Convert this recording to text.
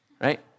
Right